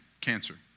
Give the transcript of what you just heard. cancer